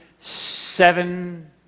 seven